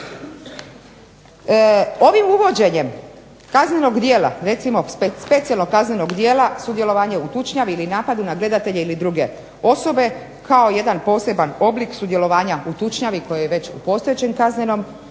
Ovim uvođenjem kaznenog djela, recimo specijalnog kaznenog djela sudjelovanje u tučnjavi ili napadi na gledatelje ili druge osobe kao jedan poseban oblik sudjelovanja u tučnjavi koji je već u postojećem kaznenom